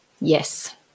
Yes